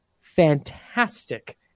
fantastic